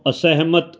ਅਸਹਿਮਤ